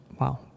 Wow